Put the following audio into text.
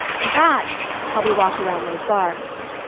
and that's how we walk around those bars.